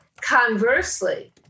Conversely